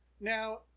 Now